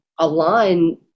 align